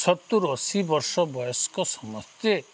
ସତୁୁରି ଅଶୀ ବର୍ଷ ବୟସ୍କ ସମସ୍ତେ